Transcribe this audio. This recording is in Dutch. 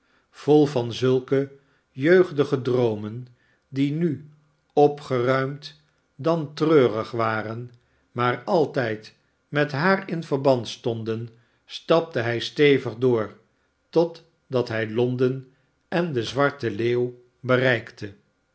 vol van zulke jeugdige droomen die nu opgeruimd dan treurig waren maar altijd met haar in verband stonden stapte hij stevig door totdat hij l o n d e n en de zwarte leeuw bereikte